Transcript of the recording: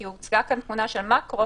כי הוצגה כאן תמונה של מקרו,